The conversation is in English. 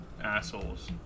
assholes